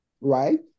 right